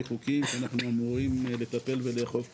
חוקיים שאנחנו אמורים לטפל ולאכוף כנגדה,